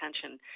attention